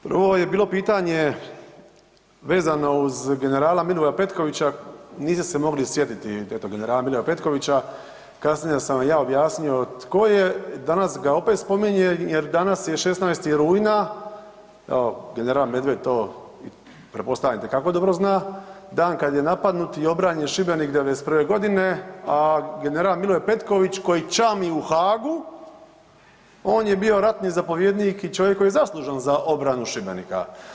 Prvo je bilo pitanje vezano uz generala Milivoja Petkovića, niste se mogli sjetiti tog generala Milivoja Petkovića, kasnije sam vam ja objasnio tko je, danas ga opet spominjem jer danas je 16. rujna, evo general Medved to pretpostavljam itekako dobro zna, dan kad je napadnut i obranjen Šibenik '91.g., a general Milivoj Petković koji čami u Hagu on je bio ratni zapovjednik i čovjek koji je zaslužan za obranu Šibenika.